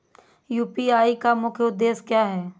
UPI का मुख्य उद्देश्य क्या है?